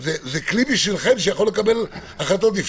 זה כלי בשבילכם שיכול לפתוח,